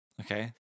okay